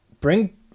Bring